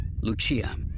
Lucia